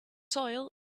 soil